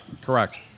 Correct